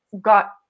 got